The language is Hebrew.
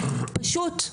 פשוט,